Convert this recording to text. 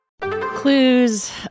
Clues